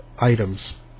items